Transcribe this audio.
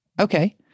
okay